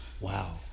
Wow